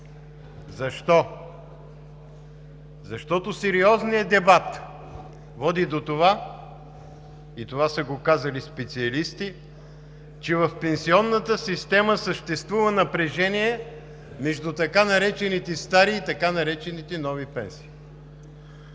Защо? Защото сериозният дебат води до това, и това са го казали специалисти, че в пенсионната система съществува напрежение между така наречените стари и така наречените нови пенсии.